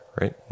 right